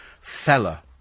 fella